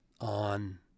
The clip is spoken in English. on –